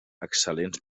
excel·lents